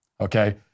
okay